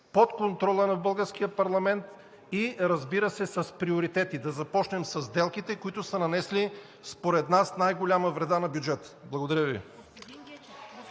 под контрола на българския парламент и, разбира се, с приоритети – да започнем със сделките, които са нанесли според нас най-голяма вреда на бюджета. Благодаря Ви.